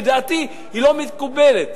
לדעתי היא לא מקובלת,